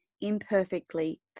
imperfectly